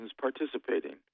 participating